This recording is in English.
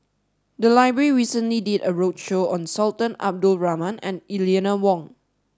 the library recently did a roadshow on Sultan Abdul Rahman and Eleanor Wong